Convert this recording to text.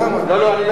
למה?